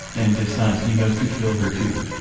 and decides he has to kill her too.